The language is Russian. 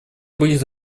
будет